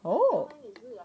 oh